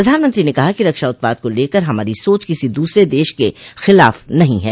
प्रधानमंत्री ने कहा कि रक्षा उत्पाद को लेकर हमारी सोच किसी दूसरे देश के खिलाफ नहीं है